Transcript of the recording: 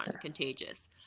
Contagious